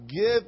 Give